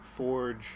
forge